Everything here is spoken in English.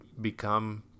become